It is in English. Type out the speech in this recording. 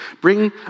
bring